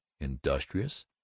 industrious